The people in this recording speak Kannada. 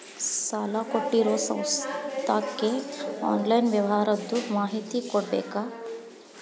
ಸಾಲಾ ಕೊಟ್ಟಿರೋ ಸಂಸ್ಥಾಕ್ಕೆ ಆನ್ಲೈನ್ ವ್ಯವಹಾರದ್ದು ಮಾಹಿತಿ ಕೊಡಬೇಕಾ?